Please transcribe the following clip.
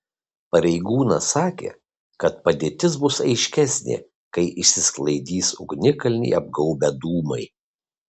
pareigūnas sakė kad padėtis bus aiškesnė kai išsisklaidys ugnikalnį apgaubę dūmai